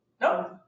No